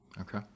okay